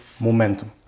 momentum